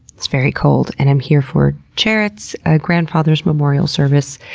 it's very cold, and i'm here for jarrett's ah grandfather's memorial service.